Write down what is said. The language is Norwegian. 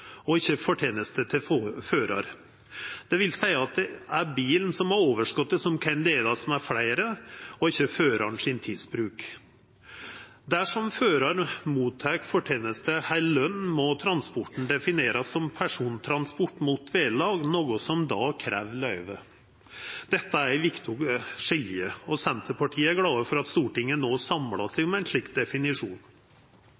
og ikkje forteneste til føraren. Det vil seia at det er bilen som er overskotet som kan delast mellom fleire, og ikkje føraren sin tidsbruk. Dersom føraren tek imot forteneste eller løn, må transporten definerast som persontransport mot vederlag, noko som då krev løyve. Dette er eit viktig skilje, og Senterpartiet er glad for at Stortinget no samlar seg